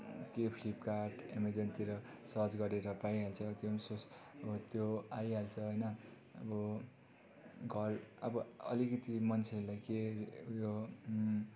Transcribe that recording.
के फ्लिपकार्ट अमेजनतिर सर्च गरेर पाइहाल्छ त्यो पनि सोस अब त्यो आइहाल्छ होइन अब घर अब अलिकति मान्छेहरूलाई के उयो